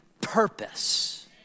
purpose